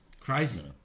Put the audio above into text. Crazy